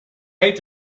hate